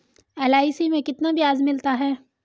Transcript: LIC में कितना ब्याज मिलता है?